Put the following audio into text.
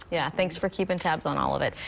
yeah thanks for keeping tabs on all of it.